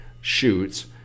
shoots